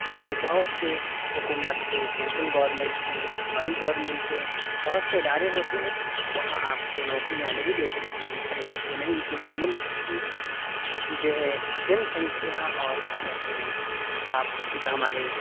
یا پھر بہت سے حکومت کے سینٹرل گورنمنٹ کے صوبائی گورنمنٹ کے بہت سے ادارے ہوتے ہیں وہاں آپ کو نوکریاں نہیں دے سکتی ہر ایک کو نہیں کیونکہ ملک کی جو ہے جَن سنکھیا اور کیا کہتے ہیں آپ جو ہمارے